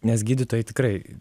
nes gydytojai tikrai